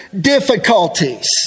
difficulties